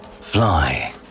Fly